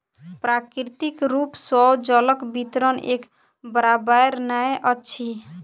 प्राकृतिक रूप सॅ जलक वितरण एक बराबैर नै अछि